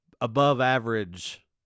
above-average